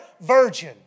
virgin